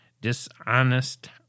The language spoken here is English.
dishonest